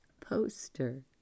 poster